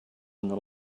not